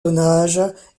tonnage